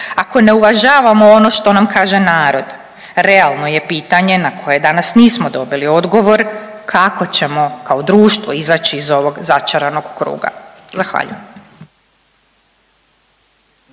ako ne uvažavamo ono što nam kaže narod, realno je pitanje na koje danas nismo dobili odgovor kako ćemo kao društvo izaći iz ovog začaranog kruga. Zahvaljujem.